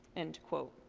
end quote.